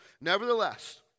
nevertheless